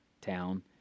town